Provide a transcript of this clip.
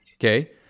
okay